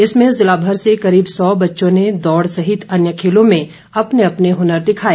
इसमें जिलाभर से करीब सौ बच्चों ने दौड़ सहित अन्य खेलों में अपने अपने हुनर दिखाए